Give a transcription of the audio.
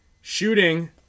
shooting